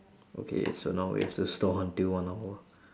okay so now we have to stall until one hour